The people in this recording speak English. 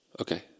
Okay